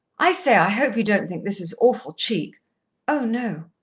i say, i hope you don't think this is awful cheek oh, no!